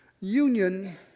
union